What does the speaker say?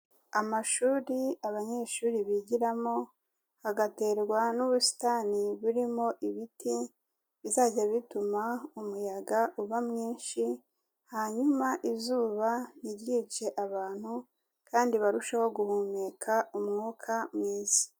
Amashuri abanyeshuri bigiramo hagaterwa n'ubusitani burimo ibiti bizajya bituma umuyaga uba mwinshi, hanyuma izuba ntiryice abantu kandi barusheho guhumeka umwuka mwiza.